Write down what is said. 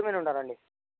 road మీదే ఉంటాను రండి